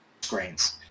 screens